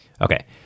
Okay